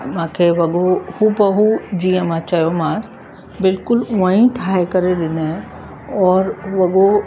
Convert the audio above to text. मांखे वॻो हूबहू जीअं मां चयोमांसि बिल्कुलु उअंई ठाहे करे ॾिन ई और वॻो